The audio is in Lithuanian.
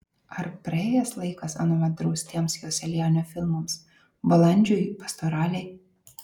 ar praėjęs laikas anuomet draustiems joselianio filmams balandžiui pastoralei